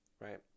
right